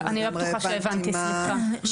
אני לא בטוחה שהבנתי, סליחה.